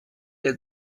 der